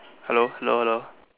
hello hello hello